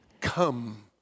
come